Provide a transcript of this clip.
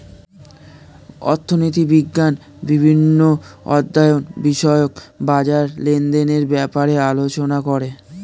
অর্থনীতি বিজ্ঞান বিভিন্ন অর্থায়ন বিষয়ক বাজার লেনদেনের ব্যাপারে আলোচনা করে